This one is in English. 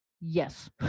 yes